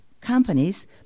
companies